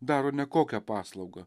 daro ne kokią paslaugą